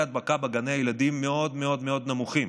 ההדבקה בגני הילדים מאוד מאוד מאוד נמוכים